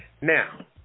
Now